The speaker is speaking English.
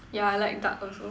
yeah I like dark also